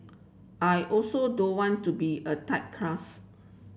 I also don't want to be a typecast